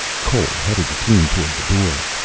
cole headed the team toward the door.